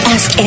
Ask